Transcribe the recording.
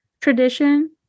tradition